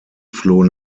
floh